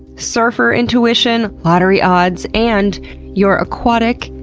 surfer intuition, lottery odds, and your aquatic,